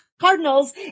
Cardinals